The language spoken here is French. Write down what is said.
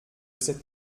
cette